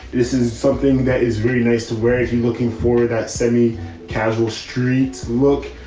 this is something that is really nice to wear if you're looking for that semi casual streets. look.